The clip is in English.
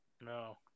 no